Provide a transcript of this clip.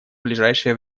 ближайшее